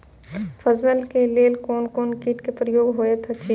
फसल के लेल कोन कोन किट के प्रकोप होयत अछि?